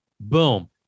boom